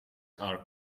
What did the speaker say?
are